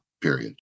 period